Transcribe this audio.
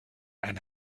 eine